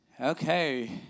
Okay